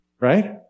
Right